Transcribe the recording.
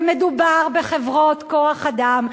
ומדובר בחברות כוח-אדם,